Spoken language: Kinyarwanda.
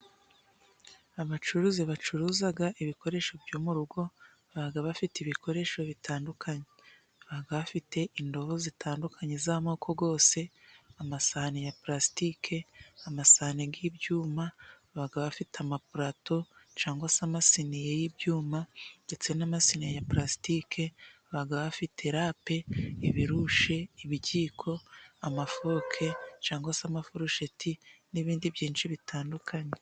Abacuruzi bacuruza ibikoresho byo mu rugo baba bafite ibikoresho bitandukanye; Baba bafite indobo zitandukanye z'amoko yose, amasahane ya palasitike, amasahane y'ibyuma, baba bafite amapulato cyangwa se amasiniye y'ibyuma ndetse n'amasine ya palasitike. Baba bafite rape, ibirushe, ibiyiko, amafoke cyangwa se amafurusheti n'ibindi byinshi bitandukanye.